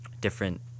different